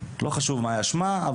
לא חשוב מה היה שמה,